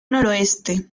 noroeste